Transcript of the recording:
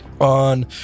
On